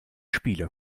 spiele